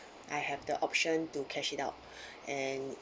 I have the option to cash it out and